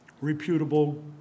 reputable